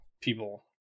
people